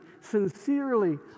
sincerely